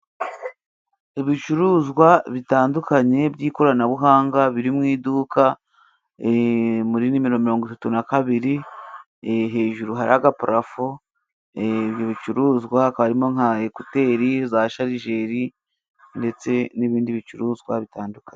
Ibicuruzwa bitandukanye by'ikoranabuhanga biri mu iduka muri nimero mirongo itatu na kabiri hejuru hari agaparafo ibi bicuruzwa hakaba harimo nka ekuteri, za sharijeri ndetse n'ibindi bicuruzwa bitandukanye.